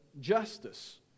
Justice